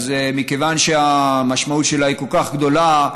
אז מכיוון שהמשמעות שלה היא כל כך גדולה,